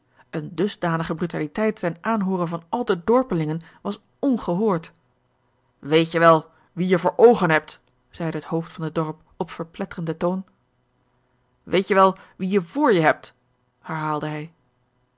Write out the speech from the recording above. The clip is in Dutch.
eene dusdanige brutaliteit ten aanhoore van al de dorpelingen was ongehoord weet je wel wien je voor oogen hebt zeide het hoofd van het dorp op verpletterenden toon george een ongeluksvogel weet je wel wien je voor hebt herhaalde hij